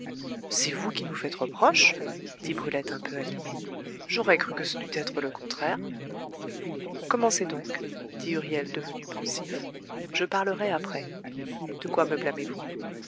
c'est vous qui nous faites reproche dit brulette un peu animée j'aurais cru que ce dût être le contraire commencez donc dit huriel devenu pensif je parlerai après de quoi me blâmez vous